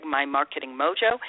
MyMarketingMojo